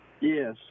Yes